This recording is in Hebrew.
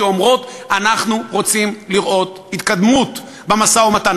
שאומרות: אנחנו רוצות לראות התקדמות במשא-ומתן,